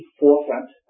forefront